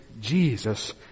Jesus